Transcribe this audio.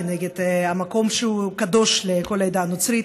כנגד מקום שהוא קדוש לכל העדה הנוצרית.